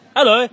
Hello